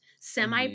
semi